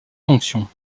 fonctions